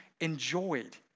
enjoyed